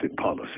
policy